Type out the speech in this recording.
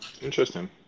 Interesting